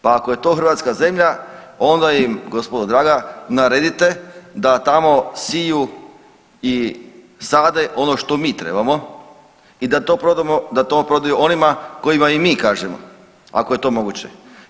Pa ako je to hrvatska zemlja onda im gospodo draga naredite da tamo siju i sade ono što mi trebamo i da to prodamo, da to prodaju onima kojima im mi kažemo ako je to moguće.